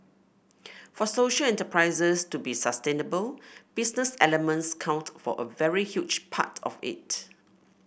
for social enterprises to be sustainable business elements count for a very huge part of it